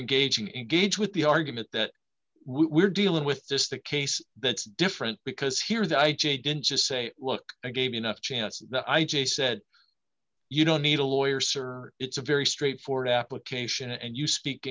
engaging engage with the argument that we're dealing with this the case that's different because here the i j a didn't just say look i gave you enough chances now i j said you don't need a lawyer server it's a very straightforward application and you speak